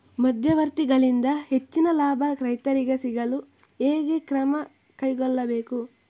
ಮಧ್ಯವರ್ತಿಗಳಿಂದ ಹೆಚ್ಚಿನ ಲಾಭ ರೈತರಿಗೆ ಸಿಗಲು ಹೇಗೆ ಕ್ರಮ ಕೈಗೊಳ್ಳಬೇಕು?